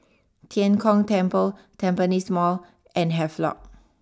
Tian Kong Temple Tampines Mall and Havelock